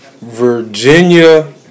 Virginia